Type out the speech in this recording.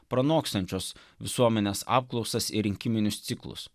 pranokstančios visuomenės apklausas ir rinkiminius ciklus